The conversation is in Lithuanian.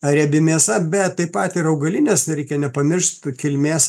riebi mėsa bet taip pat ir augalinės reikia nepamiršt kilmės